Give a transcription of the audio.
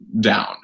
down